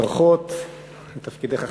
ברכות על תפקידך החדש,